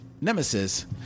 nemesis